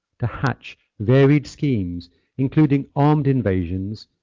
to hatch varied schemes including armed invasions,